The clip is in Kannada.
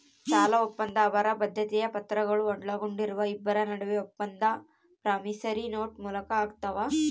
ಸಾಲಒಪ್ಪಂದ ಅವರ ಬದ್ಧತೆಯ ಪತ್ರಗಳು ಒಳಗೊಂಡಿರುವ ಇಬ್ಬರ ನಡುವೆ ಒಪ್ಪಂದ ಪ್ರಾಮಿಸರಿ ನೋಟ್ ಮೂಲಕ ಆಗ್ತಾವ